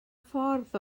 ffordd